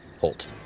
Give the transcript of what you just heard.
Holt